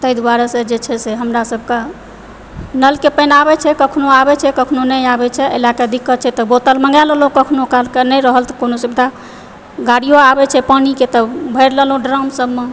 ताहि दुआरेसंँ जे छै से हमरा सबके नलके पानि आबए छै कखनो आबए छै कखनो नहि आबए छै एहि लए कऽ दिक्कत छै तऽ बोतल मङ्गाए लेलहुँ कखनो कालके नहि रहल तऽ कोनो सुविधा गाड़ियो आबए छै पानिके तऽ भरि लेलहुँ ड्राम सबमे